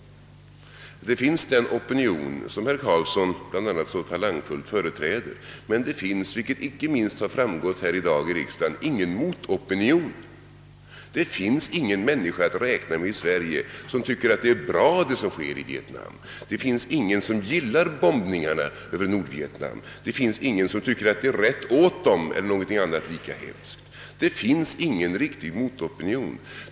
Det finns den opinion som herr Carlsson i Tyresö bl.a. så talangfullt företräder, men det finns, vilket inte minst framgått här i dag i riksdagen, ingen motopinion. Det finns ingen människa att räkna med i Sverige som tycker att det som sker i Vietnam är bra. Det finns ingen som gillar bombningarna över Nordvietnam, Det finns ingen som tycker att »det är rätt åt dem» eller någonting annat lika hemskt. Det finns ingen riktig motopinion.